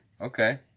Okay